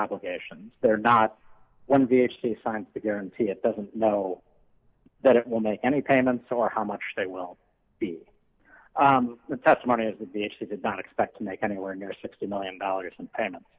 legations they're not one of the h p science to guarantee it doesn't know that it will make any payments or how much they will be the testimony is that the agency did not expect to make anywhere near sixty million dollars in payments